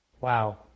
Wow